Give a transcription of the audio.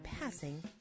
Passing